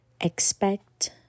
Expect